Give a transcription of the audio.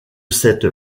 cette